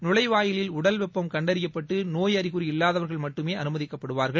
நுழைவாயிலில் உடல் வெப்பம் கண்டறியப்பட்டு நோய் அறிகுறி இல்லாதவா்கள் மட்டுமே அனுமதிக்கப்படுவாா்கள்